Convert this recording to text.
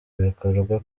bikorwa